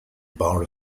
bar